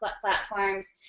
platforms